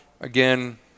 again